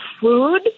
food